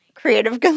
Creative